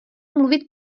mluvit